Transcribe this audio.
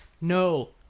no